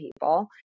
people